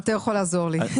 אתה יכול לעזור לי.